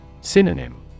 Synonym